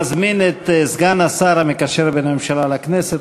אני מזמין את סגן השר המקשר בין הממשלה לכנסת,